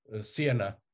Siena